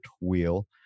wheel